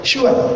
Sure